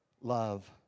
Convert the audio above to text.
love